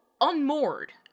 unmoored